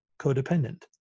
codependent